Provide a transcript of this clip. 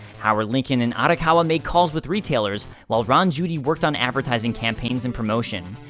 howard lincoln and arakawa made calls with retailers, while ron judy worked on advertising campaigns and promotion.